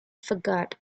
forgot